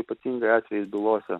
ypatingai atvejai bylose